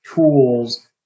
tools